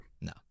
No